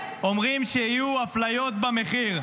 ואומרים שיהיו אפליות במחיר.